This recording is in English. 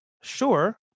sure